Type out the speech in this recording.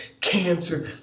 cancer